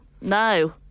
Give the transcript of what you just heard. No